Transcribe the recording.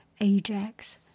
Ajax